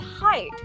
height